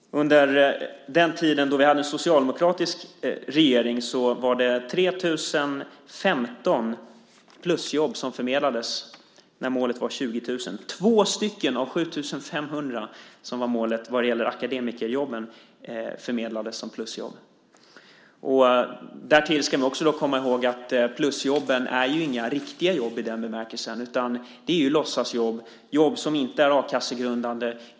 Under den tid vi hade en socialdemokratisk regering var det 3 015 plusjobb som förmedlades. Målet var 20 000. 7 500 var målet för akademikerjobben, och två plusjobb förmedlades. Därtill ska vi komma ihåg att plusjobben är inga riktiga jobb i den bemärkelsen. De är låtsasjobb. De är jobb som inte är a-kassegrundande.